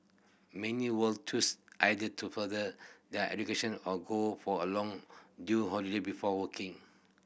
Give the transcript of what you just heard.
many will choose either to further their education or go for a long due holiday before working